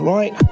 Right